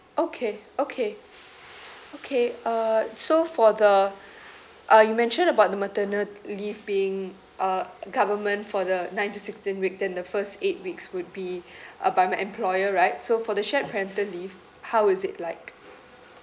okay okay okay uh so for the uh you mentioned about the maternity leave being uh government for the ninth to sixteenth week then the first eight weeks would be uh by my employer right so for the shared parental leave how is it like